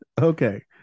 okay